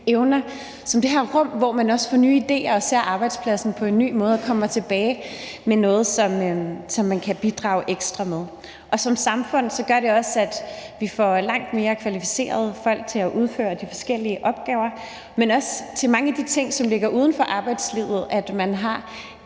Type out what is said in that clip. evner, som det her rum, hvor man også får nye idéer og ser på arbejdspladsen på en ny måde og kommer tilbage med noget, som man kan bidrage ekstra med. Og som samfund gør det også, at vi får langt mere kvalificerede folk til at udføre de forskellige opgaver, men at man også i forhold til mange af de ting, som ligger uden for arbejdslivet, har